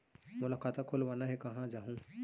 मोला खाता खोलवाना हे, कहाँ जाहूँ?